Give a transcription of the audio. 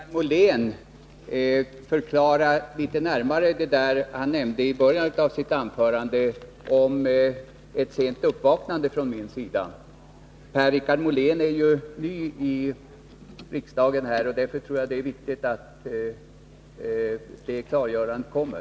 Herr talman! Jag måste be Per-Richard Molén att litet närmare förklara det som han i början av sitt anförande nämnde om ett sent uppvaknande från min sida. Per-Richard Molén är ju ny i riksdagen, och därför tror jag att det är viktigt att det klargörandet kommer.